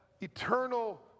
eternal